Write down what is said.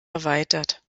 erweitert